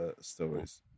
stories